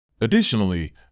Additionally